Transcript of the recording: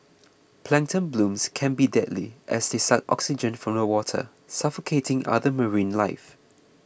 plankton blooms can be deadly as they suck oxygen from the water suffocating other marine life